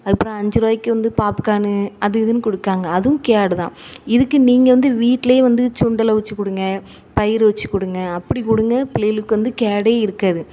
அதுக்கப்புறம் அஞ்சுருபாய்க்கு வந்து பாப்கானு அது இதுன்னு கொடுக்குறாங்க அதுவும் கேடு தான் இதுக்கு நீங்கள் வந்து வீட்லேயே வந்து சுண்டல் அவிச்சி கொடுங்க பயறு அவிச்சி கொடுங்க அப்படி கொடுங்க புள்ளைகளுக்கு வந்து கேடே இருக்காது